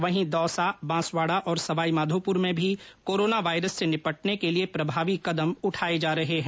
वहीं दौसा बांसवाडा और सवाईमाधोपुर में भी कोरोना वायरस से निपटने के लिए प्रभावी कदम उठाये जा रहे है